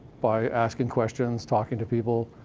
by asking questions, talking to people,